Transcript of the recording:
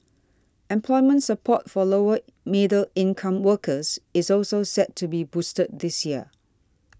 employment support for lower middle income workers is also set to be boosted this year